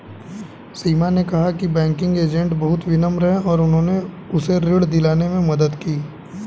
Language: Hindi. सीमा ने कहा कि बैंकिंग एजेंट बहुत विनम्र हैं और उन्होंने उसे ऋण दिलाने में मदद की